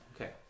Okay